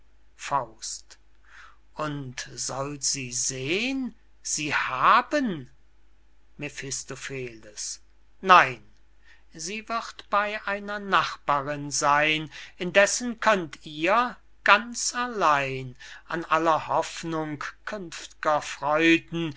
führen und soll sie sehn sie haben mephistopheles nein sie wird bey einer nachbarinn seyn indessen könnt ihr ganz allein an aller hoffnung künft'ger freuden